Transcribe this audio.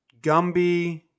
Gumby